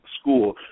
school